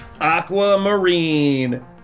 Aquamarine